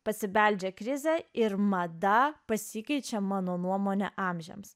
pasibeldžia krizę ir mada pasikeičia mano nuomone amžiams